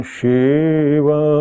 Shiva